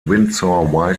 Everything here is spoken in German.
windsor